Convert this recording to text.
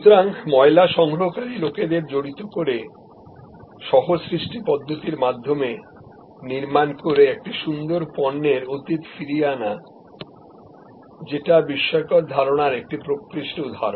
সুতরাং ময়লা সংগ্রহকারী লোকেদের জড়িত করে কো ক্রিয়েশন পদ্ধতিটির মাধ্যমে একটি সুন্দর পণ্যের পুনর্গঠন করা একটা সুন্দর ধারণার উদাহরণ